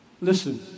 Listen